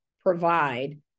provide